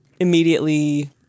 immediately